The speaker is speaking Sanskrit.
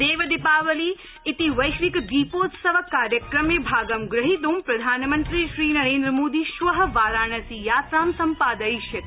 देव दीपावली इति वैश्विक दीपोत्सवकार्यक्रमे भागं ग्रहीत् प्रधानमन्त्री श्रीनरेन्द्र मोदी श्व वाराणसी यात्रां सम्पादयिष्यति